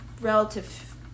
relative